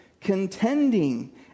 contending